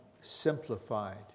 simplified